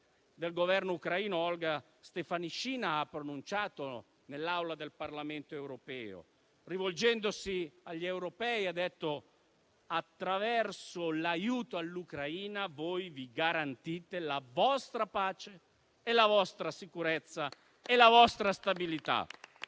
del Governo ucraino Olga Stefanishyna ha pronunciato nell'Aula del Parlamento europeo. Rivolgendosi agli europei ha detto che, attraverso l'aiuto all'Ucraina, ci garantiamo la nostra pace, la nostra sicurezza e la nostra stabilità.